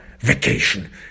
Vacation